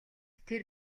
тэр